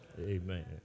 Amen